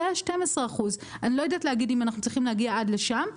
זה היה 12%. אני לא יודעת להגיד אם אנחנו צריכים להגיע עד שם,